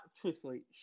truthfully